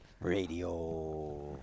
Radio